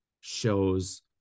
shows